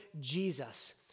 Jesus